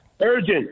Urgent